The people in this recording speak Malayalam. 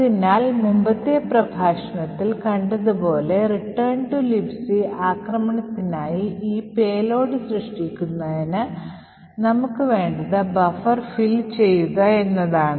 അതിനാൽ മുമ്പത്തെ പ്രഭാഷണത്തിൽ കണ്ടതുപോലെ Return to Libc ആക്രമണത്തിനായി ഈ പേലോഡ് സൃഷ്ടിക്കുന്നതിന് നമുക്ക് വേണ്ടത് ബഫർ fill ചെയ്യുക എന്നതാണ്